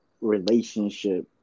relationship